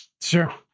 Sure